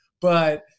but-